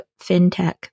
fintech